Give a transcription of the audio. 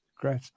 Great